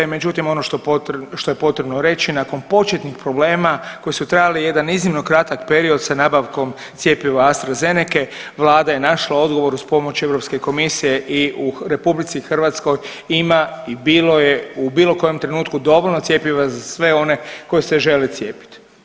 Međutim, ono što je potrebno reći nakon početnih problema koji su trajali jedan iznimno kratak period sa nabavkom cjepiva Astrazenece Vlada je našla odgovor uz pomoć Europske komisije i u Republici Hrvatskoj ima i bilo je u bilo kojem trenutku dovoljno cjepiva za sve one koji se žele cijepiti.